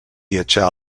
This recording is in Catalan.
viatjà